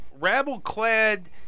rabble-clad